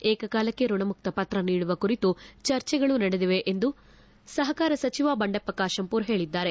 ಏಕಕಾಲಕ್ಷೆ ಋಣಮುಕ್ತ ಪತ್ರ ನೀಡುವ ಕುರಿತು ಚರ್ಚೆಗಳು ನಡೆದಿವೆ ಎಂದು ಸಹಕಾರ ಸಚಿವ ಬಂಡೆಪ್ಪ ಕಾಶಂಪೂರ್ ಹೇಳಿದ್ದಾರೆ